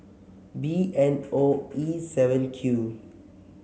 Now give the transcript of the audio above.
B N O E seven Q